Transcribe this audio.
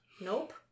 Nope